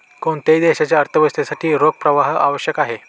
कोणत्याही देशाच्या अर्थव्यवस्थेसाठी रोख प्रवाह आवश्यक आहे